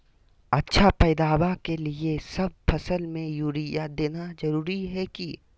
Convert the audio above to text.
अच्छा पैदावार के लिए सब फसल में यूरिया देना जरुरी है की?